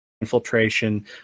infiltration